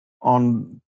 on